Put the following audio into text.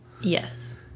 Yes